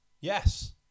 Yes